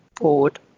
Board